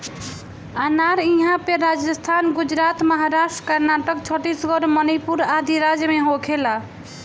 अनार इहां पे राजस्थान, गुजरात, महाराष्ट्र, कर्नाटक, छतीसगढ़ मणिपुर आदि राज में होखेला